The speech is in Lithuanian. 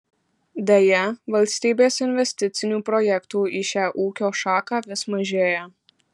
deja valstybės investicinių projektų į šią ūkio šaką vis mažėja